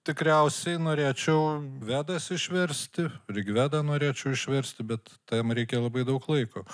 tikriausiai norėčiau vedas išversti rigvedą norėčiau išversti bet tam reikia labai daug laiko